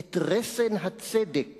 את רסן הצדק